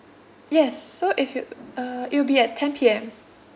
yes so if you uh it will be at ten P_M